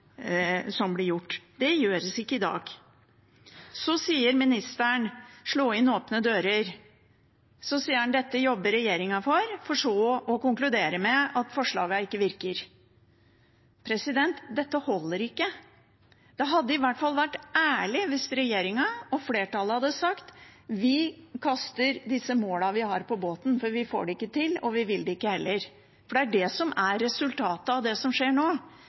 som blir gjort. Det gjøres ikke i dag. Så sier ministeren at det er å slå inn åpne dører, og at dette jobber regjeringen for, for så å konkludere med at forslagene ikke virker. Dette holder ikke. Det hadde i hvert fall vært ærlig hvis regjeringen og flertallet hadde sagt at de kaster disse målene på båten fordi de ikke får det til og heller ikke vil det. For det er det som er resultatet av det som skjer nå